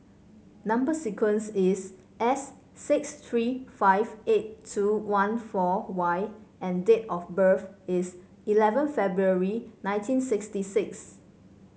number sequence is S six three five eight two one four Y and date of birth is eleven February nineteen sixty six